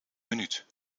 minuut